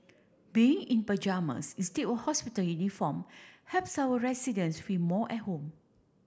being in pyjamas instead of hospital uniform helps our residents feel more at home